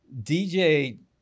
DJ